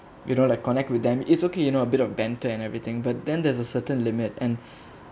you know like connect with them it's okay you know a bit of banter and everything but then there's a certain limit and